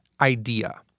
idea